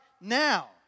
now